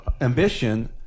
ambition